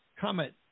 comment